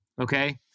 Okay